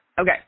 Okay